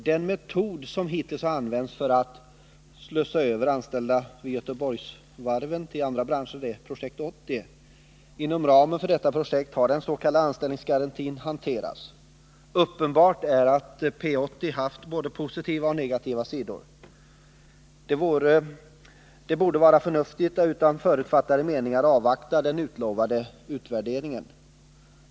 Den metod som hittills har använts för att slussa över anställda vid Göteborgsvarven till andra branscher är Projekt 80. Inom ramen för detta projekt har den s.k. anställningsgarantin hanterats. Uppenbart har Projekt 80 haft både positiva och negativa sidor. Det borde vara förnuftigt att utan förutfattade meningar avvakta den utlovade utvärderingen.